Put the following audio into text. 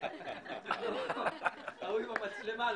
אני